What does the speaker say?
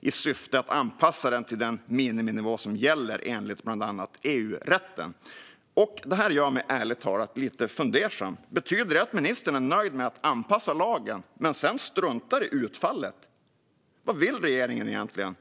i syfte att anpassa den till den miniminivå som gäller enligt bland annat EU-rätten. Det här gör mig ärligt talat lite fundersam. Betyder det att ministern är nöjd med att anpassa lagen men sedan struntar i utfallet? Vad vill regeringen egentligen?